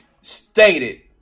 stated